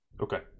Okay